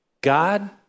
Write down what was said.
God